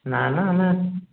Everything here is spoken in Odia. ନା ନା ଆମେ